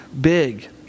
big